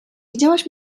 widziałaś